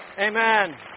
Amen